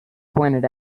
pointed